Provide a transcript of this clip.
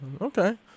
Okay